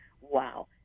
wow